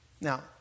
Now